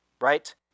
right